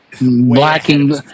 blacking